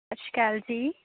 ਸਤਿ ਸ਼੍ਰੀ ਅਕਾਲ ਜੀ